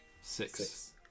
Six